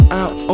out